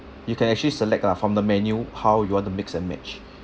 you can actually select lah from the menu how you want to mix and match